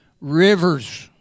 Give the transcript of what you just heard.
rivers